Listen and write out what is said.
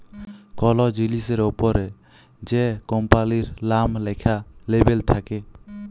call জিলিসের অপরে যে কম্পালির লাম ল্যাখা লেবেল থাক্যে